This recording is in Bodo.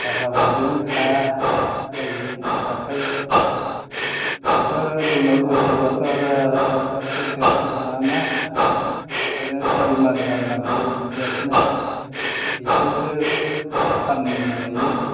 थाखा फैसायानो थायानो थाया जायो आखाइआव बेफोरो जुनाद बुस्थुफ्राथ' आरो थाबबो देरनो थाङाना ओरैनो सय मास गाहाम नांगौ देरनो बिदियावसो फानजायो